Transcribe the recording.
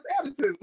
attitude